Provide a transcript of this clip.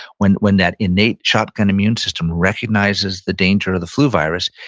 when when that innate shotgun immune system recognizes the dangerous of the flu virus,